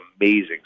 amazing